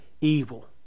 evil